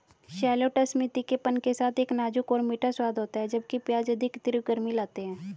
shallots में तीखेपन के साथ एक नाजुक और मीठा स्वाद होता है, जबकि प्याज अधिक तीव्र गर्मी लाते हैं